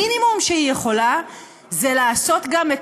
המינימום שהיא יכולה זה לעשות גם את